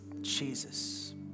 Jesus